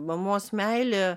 mamos meilė